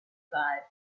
side